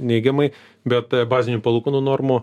neigiamai bet bazinių palūkanų normų